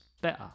better